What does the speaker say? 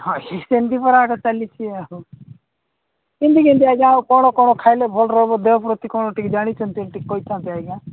ହଁ ସେମତି ପରା ଆଗ ଚାଲିଛି ଆଉ କେମିତି କେମିତି ଆଜ୍ଞା ଆଉ କ'ଣ କ'ଣ ଖାଇଲେ ଭଲ ରହିବ ଦେହ ପ୍ରତି କ'ଣ ଟିକେ ଜାଣଛନ୍ତି ଟିକେ କହିଥାନ୍ତେ ଆଜ୍ଞା